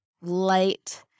light